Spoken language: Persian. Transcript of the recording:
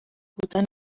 بودن